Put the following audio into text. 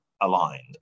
aligned